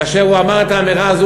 כאשר הוא אמר את האמירה הזו,